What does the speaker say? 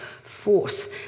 force